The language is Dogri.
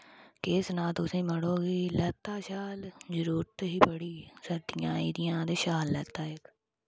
केह् सनाऽ तुसें मड़ो कि लैत्ता शाल जरूरत ही बड़ी सर्दियां आई दियां ते शाल लैत्ता इक